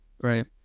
right